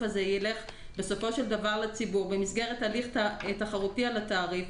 הזה ילך בסופו של דבר לציבור במסגרת הליך תחרותי על התעריף,